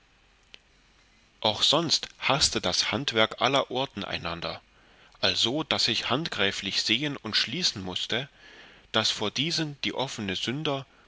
auch sonst haßte das handwerk allerorten einander also daß ich handgreiflich sehen und schließen mußte daß vor diesem die offene sünder